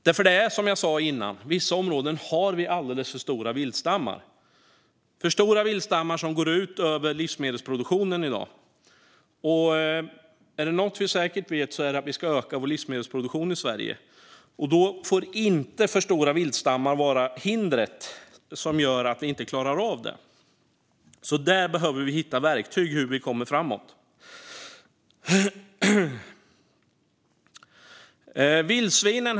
Det är nämligen som jag sa tidigare: I vissa områden har vi alldeles för stora viltstammar, vilket i dag går ut över livsmedelsproduktionen. Är det något vi säkert vet är det att vi ska öka vår livsmedelsproduktion i Sverige. Då får inte för stora viltstammar vara hindret som gör att vi inte klarar av det. Där behöver vi hitta verktyg för att komma framåt. Herr talman!